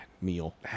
meal